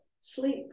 sleep